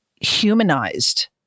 humanized